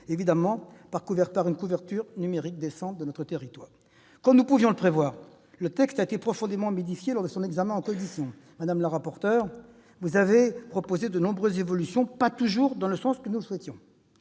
évidemment, achever la couverture numérique de notre territoire. Comme nous pouvions le prévoir, le texte a été profondément modifié lors de son examen en commission. Madame la rapporteur, vous avez suggéré de nombreuses évolutions, pas toujours dans le sens que nous souhaitions.